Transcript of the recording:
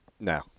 No